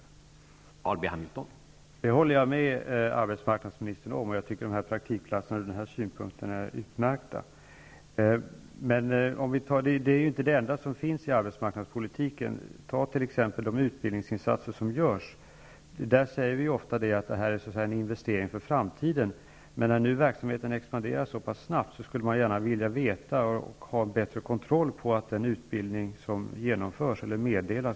Jag tror att överväganden av den typen är väldigt viktiga.